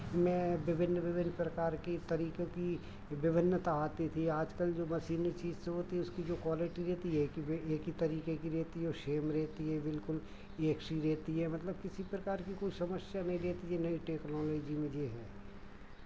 में विभिन्न विभिन्न प्रकार की तरीकों की विभिन्नता आती थी आज कल जो मशीनी चीज़ से होती है उसकी जो क्वालिटी रहती है कि वे एक ही तरीके की रहती है औ सेम रहती है बिल्कुल एक सी रहती है मतलब किसी प्रकार की कोई समस्या नहीं रहती है नई टेक्नोलॉजी में ये है